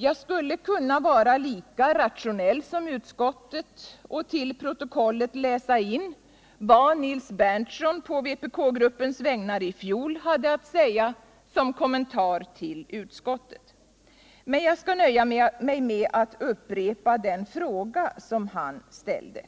Jag skulle kunna vara lika rationell som utskottet och till protokollet läsa in vad Nils Berndtson på vpkgruppens vägnar i fjol hade att säga som kommentar till utskottsbetänkandet. Men jag skall nöja mig med att upprepa den fråga han ställde: